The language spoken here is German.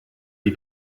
die